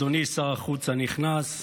אדוני שר החוץ הנכנס,